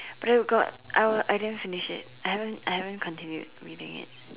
but I will got I will I didn't finish it I haven't I haven't continued reading it